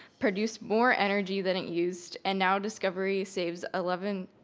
produced more energy than it used, and now discovery saves eleven,